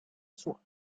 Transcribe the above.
słuchać